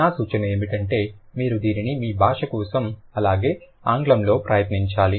నా సూచన ఏమిటంటే మీరు దీనిని మీ భాష కోసం అలాగే ఆంగ్లంలో ప్రయత్నించాలి